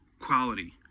quality